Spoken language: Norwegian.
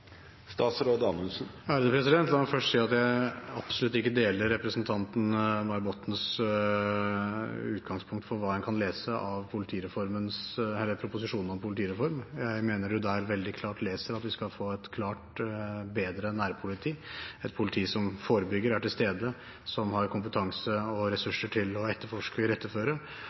La meg først si at jeg absolutt ikke deler representanten Else-May Bottens utgangspunkt for hva en kan lese av proposisjonen om politireform. Jeg mener en veldig klart leser der at vi skal få et klart bedre nærpoliti – et politi som forebygger og er til stede, som har kompetanse og